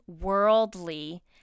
worldly